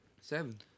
Seven